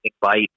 bite